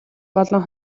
болон